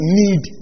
need